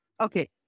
okay